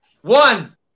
one